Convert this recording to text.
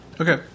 Okay